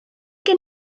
gen